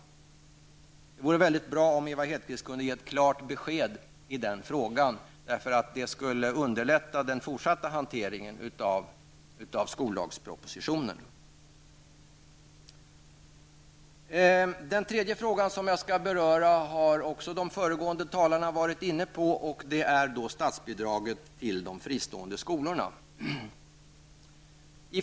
Det vore väldigt bra om Ewa Hedkvist kunde ge ett klart besked i den frågan, för det skulle underlätta den fortsatta hanteringen av skollagspropositionen. Den tredje frågan som jag skall beröra har också de föregående talarna varit inne på, och det är statsbidragen till de fristående skolorna.